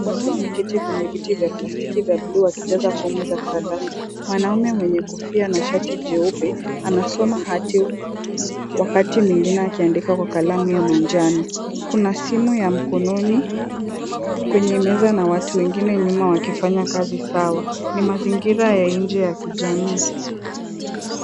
Watu wameketi kwenye viti vya plastiki vya bluu wakijaza fomu za karatasi , mwanamme mwenye kofia na shati jeupe anasoma hati wakati mwingine akiandika kwa kalamu ya manjano ,kuna simu ya mkononi kwenye meza na watu wengine nyuma wakifanya kazi sawa, ni mazingira ya nje ya kijamii.